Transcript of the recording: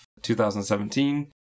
2017